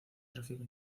tráfico